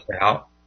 out